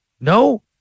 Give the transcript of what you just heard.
No